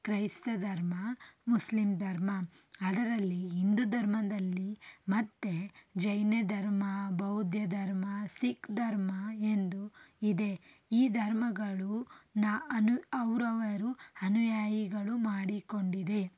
ಕ್ರೈಸ್ತ ಧರ್ಮ ಮುಸ್ಲಿಂ ಧರ್ಮ ಅದರಲ್ಲಿ ಹಿಂದು ಧರ್ಮದಲ್ಲಿ ಮತ್ತೆ ಜೈನ ಧರ್ಮ ಬೌದ್ಧ ಧರ್ಮ ಸಿಖ್ ಧರ್ಮ ಎಂದು ಇದೆ ಈ ಧರ್ಮಗಳು ಅವರವರ ಅನುಯಾಯಿಗಳು ಮಾಡಿಕೊಂಡಿದೆ